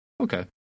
okay